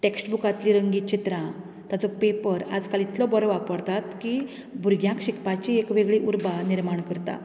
text बुकांतलीं रंगीत चित्रां ताजो पेपर आज काल इतलो बरो वापरतात की भुरग्यांक शिकपाची एक वेगळी उर्बा निर्माण करता